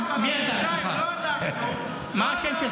אני,